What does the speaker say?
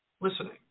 listening